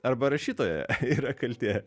arba rašytojo yra kaltė